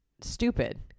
stupid